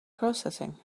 processing